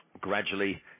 gradually